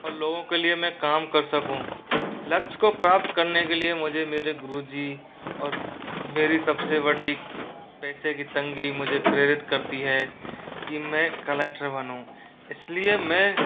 और लोगों के लिए मैं काम कर सकूं लक्ष्य को प्राप्त करने के लिए मुझे मेरे गुरुजी और मेरी सबसे बड़ी की पैसे की तंगी मुझे प्रेरित करती है कि मैं कलेक्टर बनूँ इसलिए मैं